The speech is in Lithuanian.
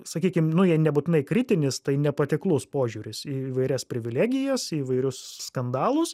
sakykim nu jei nebūtinai kritinis tai nepatiklus požiūris į įvairias privilegijas įvairius skandalus